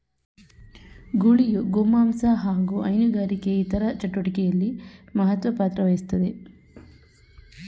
ಗೂಳಿಯು ಗೋಮಾಂಸ ಹಾಗು ಹೈನುಗಾರಿಕೆ ಇತರ ಚಟುವಟಿಕೆಲಿ ಮಹತ್ವ ಪಾತ್ರವಹಿಸ್ತದೆ